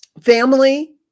Family